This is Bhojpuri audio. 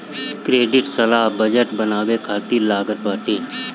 क्रेडिट सलाह बजट बनावे खातिर लागत बाटे